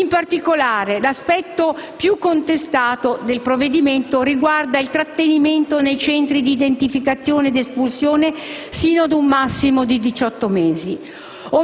In particolare, l'aspetto più contestato del provvedimento riguarda il trattenimento nei centri di identificazione ed espulsione sino ad un massimo di 18 mesi.